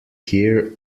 here